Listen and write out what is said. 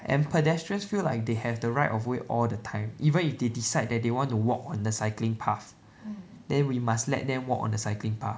and pedestrians feel like they have the right of way all the time even if they decide that they want to walk on the cycling path then we must let them walk on the cycling path